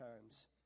times